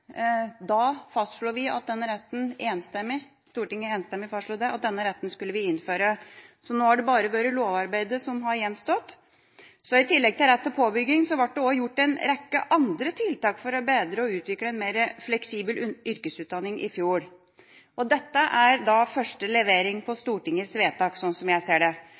Da fastslo Stortinget enstemmig at denne retten skulle innføres, så nå har bare lovarbeidet gjenstått. I tillegg til rett til påbygging, ble det også gjort en rekke andre tiltak for å bedre og utvikle en mer fleksibel yrkesfagutdanning i fjor. Dette er første levering på Stortingets vedtak, slik jeg ser det.